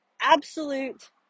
absolute